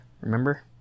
Remember